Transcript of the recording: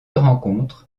rencontre